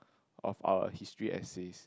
of our history essays